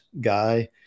guy